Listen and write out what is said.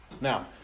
Now